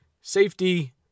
safety